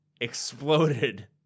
exploded